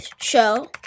Show